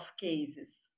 cases